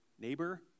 neighbor